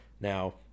now